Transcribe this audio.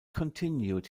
continued